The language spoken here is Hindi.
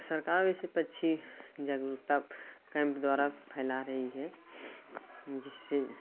सरकार वैसे जागरूकता कैंप द्वारा फैला रही है जिससे